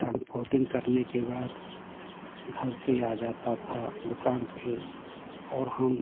transporting करने के बाद घर पर आ जाता था दुकान पर और हम